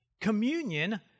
Communion